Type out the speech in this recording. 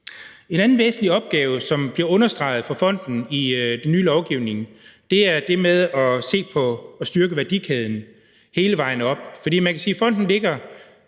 En anden væsentlig opgave for fonden, som bliver understreget i den nye lovgivning, er det med at se på at styrke værdikæden hele vejen op. For man kan sige, at fonden i